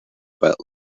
but